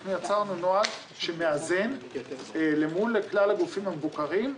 אנחנו יצרנו נוהל שמאזן למול כלל הגופים המבוקרים,